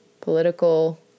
political